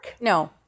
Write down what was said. No